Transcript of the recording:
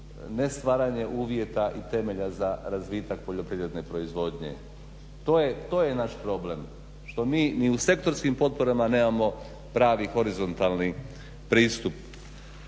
ne stvaranje uvjeta i temelja za razvitak poljoprivredne proizvodnje. To je naš problem što mi ni u sektorskim potporama nemamo pravi horizontalni pristup.